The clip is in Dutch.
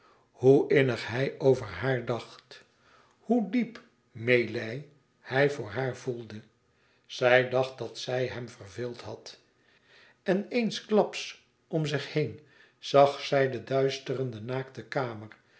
hoe innig hij over haar dacht hoe diep meêlij hij voor haar voelde zij dacht dat zij hem verveeld had en eensklaps om zich heen zag zij de duisterende naakte kamer